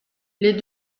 les